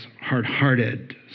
hard-hearted